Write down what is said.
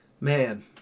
man